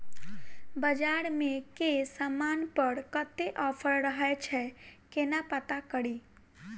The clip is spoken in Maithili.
बजार मे केँ समान पर कत्ते ऑफर रहय छै केना पत्ता कड़ी?